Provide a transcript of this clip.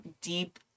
deep